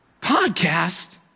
podcast